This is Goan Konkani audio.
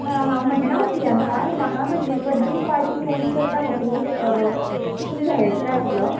आं हांव म्हजें नांव प्रियांका म्हाका म्हजी बड्डे पार्टी प्लॅन करपा खातीर तुमचो हेल्प जाय आसलो